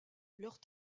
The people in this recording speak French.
leurs